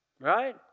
Right